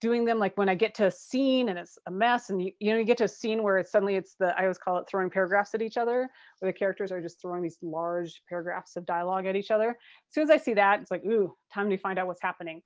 doing them like when i get to a scene and it's a mess and you know you get to a scene where it's suddenly it's the, i always call it throwing paragraphs at each other, where the characters are just throwing these large paragraphs of dialogue at each other. as soon as i see that it's like ooh. time to find out what's happening.